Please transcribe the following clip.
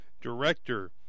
director